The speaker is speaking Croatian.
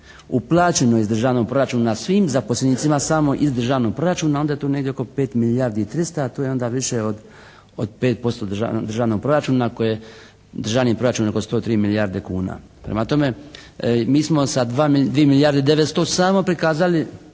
uplaćeno iz Državnog proračuna svim zaposlenicima samo iz Državnog proračuna onda je to negdje oko 5 milijardi i 300, a to je onda više od 5% Državnog proračuna koje, Državni proračun je oko 103 milijarde kuna. Prema tome mi smo sa dvije milijarde 900 samo prikazali